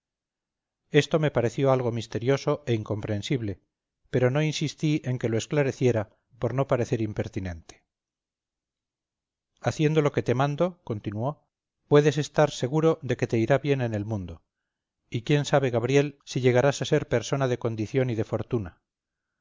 esto me pareció algo misterioso e incomprensible pero no insistí en que lo esclareciera por no parecer impertinente haciendo lo que te mando continuó puedes estar vivir seguro de que te irá bien en el mundo y quién sabe gabriel si llegarás a ser persona de condición y de fortuna